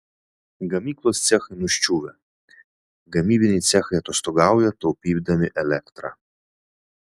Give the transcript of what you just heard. gamyklos cechai nuščiuvę gamybiniai cechai atostogauja taupydami elektrą